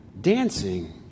dancing